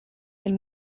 del